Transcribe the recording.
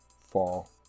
fall